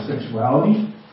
sexuality